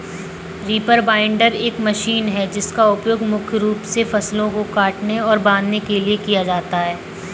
reaper binder एक machine है जिसका उपयोग मुख्य रूप से फसलों को काटने और बांधने के लिए किया जाता है